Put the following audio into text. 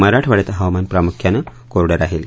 मराठवाङ्यात हवामान प्रामुख्यानं कोरडं राहील